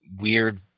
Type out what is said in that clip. weird